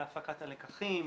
להפקת הלקחים,